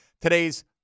today's